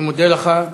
אני מודה לך.